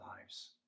lives